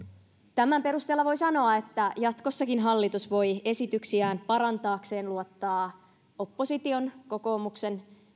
tämän perusteella voi sanoa että jatkossakin hallitus voi esityksiään parantaakseen luottaa opposition kokoomuksen